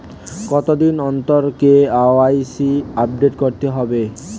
কতদিন অন্তর KYC update করতে হবে?